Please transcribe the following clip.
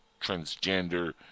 transgender